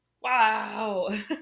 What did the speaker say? wow